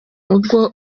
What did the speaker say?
ubwo